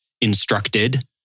instructed